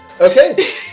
Okay